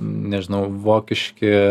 nežinau vokiški